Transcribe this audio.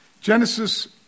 Genesis